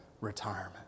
retirement